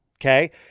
okay